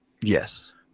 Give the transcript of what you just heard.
Yes